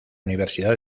universidad